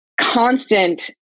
constant